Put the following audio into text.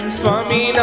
swami